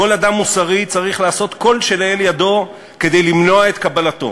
כל אדם מוסרי צריך לעשות כל שלאל ידו כדי למנוע את קבלתו.